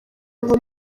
nko